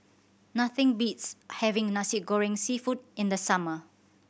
nothing beats having Nasi Goreng Seafood in the summer